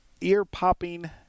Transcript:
ear-popping